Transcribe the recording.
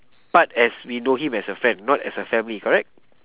part as we know him as a friend not as a family correct